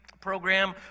program